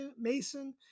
Mason